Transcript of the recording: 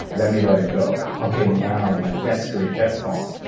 let me let it go. okay, now like that's great, that's gone.